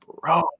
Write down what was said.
Bro